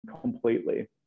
completely